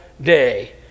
day